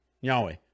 Yahweh